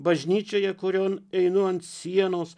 bažnyčioje kurion einu ant sienos